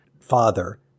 father